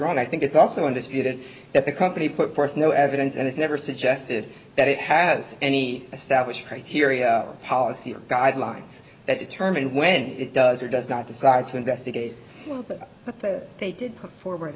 wrong i think it's also undisputed that the company put forth no evidence and it's never suggested that it has any established criteria policy or guidelines that determined when it does or does not decide to investigate but they did put forward